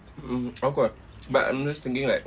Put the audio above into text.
mm of course ah but I'm just thinking like